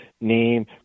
name